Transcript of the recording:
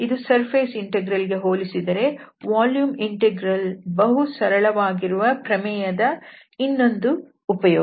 ಇದು surface integral ಗೆ ಹೋಲಿಸಿದರೆ ವಾಲ್ಯೂಮ್ ಇಂಟೆಗ್ರಲ್ ಬಹು ಸರಳವಾಗಿರುವ ಪ್ರಮೇಯದ ಇನ್ನೊಂದು ಉಪಯೋಗ